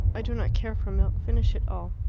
i do not care for milk finish it all.